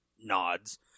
nods